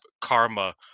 Karma